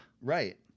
Right